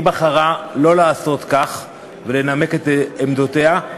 היא בחרה שלא לעשות כך ולנמק את עמדותיה,